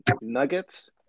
nuggets